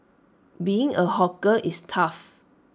being A hawker is tough